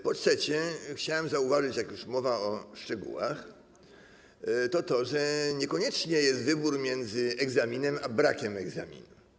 Po trzecie, chciałem zauważyć, jak już mowa o szczegółach, że niekoniecznie jest wybór między egzaminem a brakiem egzaminu.